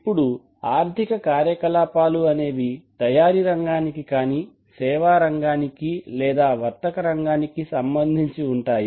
ఇప్పుడు ఆర్ధిక కార్యకలాపాలు అనేవి తయారీ రంగానికి కానీ సేవా రంగానికి లేదా వర్తక రంగానికి సంబంధించి ఉంటాయి